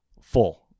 full